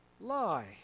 Lie